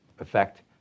effect